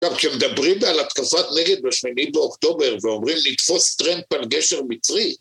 כי גם שמדברים על התקפת נגד בשני באוקטובר ואומרים לתפוס טרנד פן גשר מצרי.